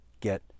get